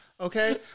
Okay